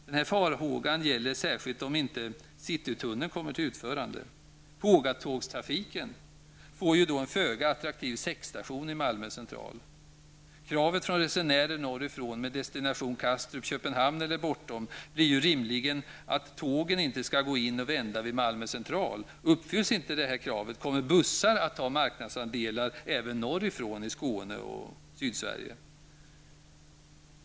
Denna farhåga gäller särskilt om inte citytunneln kommer till utförande. Pågatågstrafiken får ju då en föga attraktiv säckstation i Malmö Central. Kastrup, Köpenhamn eller bortom blir ju rimligen att tågen inte skall gå in och vända vid Malmö Central. Uppfylls inte detta krav kommer bussar att ta marknadsandelar även norrifrån i Skåne och Herr talman!